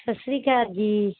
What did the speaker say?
ਸਤਿ ਸ਼੍ਰੀ ਅਕਾਲ ਜੀ